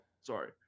sorry